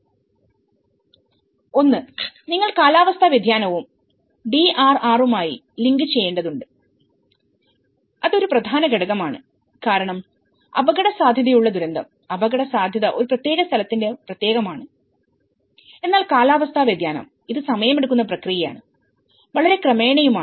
ഒന്ന്നിങ്ങൾ കാലാവസ്ഥാ വ്യതിയാനവും ഡിആർആറുമായും ലിങ്ക് ചെയ്യേണ്ടതുണ്ട് അത് ഒരു പ്രധാന ഘടകമാണ് കാരണം അപകടസാധ്യതയുള്ള ദുരന്തം അപകടസാധ്യത ഒരു പ്രത്യേക സ്ഥലത്തിന് പ്രത്യേകമാണ് എന്നാൽ കാലാവസ്ഥാ വ്യതിയാനം ഇത് സമയമെടുക്കുന്ന പ്രക്രിയയാണ്വളരെ ക്രമേണയുമാണ്